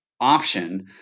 option